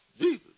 Jesus